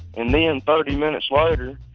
and then thirty minutes later,